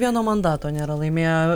vieno mandato nėra laimėję